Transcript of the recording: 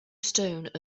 stone